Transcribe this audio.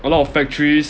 a lot of factories